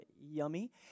yummy